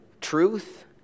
truth